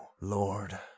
Lord